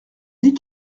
dit